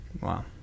Wow